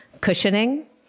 cushioning